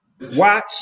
watch